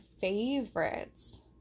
favorites